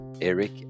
Eric